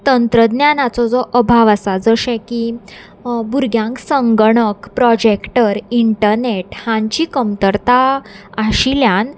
तंत्रज्ञानाचो जो अभाव आसा जशें की भुरग्यांक संगणक प्रोजेक्टर इंटरनेट हांची कमतरता आशिल्ल्यान